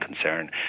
concern